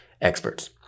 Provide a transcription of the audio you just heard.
experts